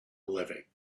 living